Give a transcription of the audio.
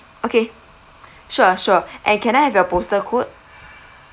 okay sure sure and can I have your postal code